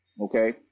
Okay